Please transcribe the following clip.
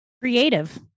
creative